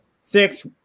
six